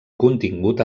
contingut